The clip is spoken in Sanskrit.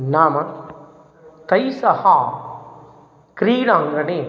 नाम कैः सह क्रीडाङ्गणे